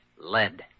Lead